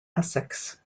essex